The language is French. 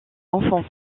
enfance